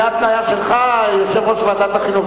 זה התניה שלך, יושב-ראש ועדת החינוך.